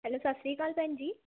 hello ਸਤਿ ਸ਼੍ਰੀ ਅਕਾਲ ਭੈਣ ਜੀ